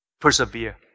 Persevere